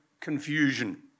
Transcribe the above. confusion